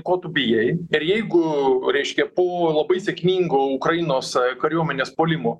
ko tu bijai ir jeigu reiškia po labai sėkmingo ukrainos kariuomenės puolimo